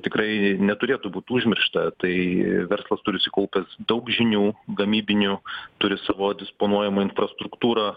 tikrai neturėtų būt užmiršta tai verslas turi sukaupęs daug žinių gamybinių turi savo disponuojamą infrastruktūrą